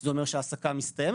זה אומר שההעסקה מסתיימת?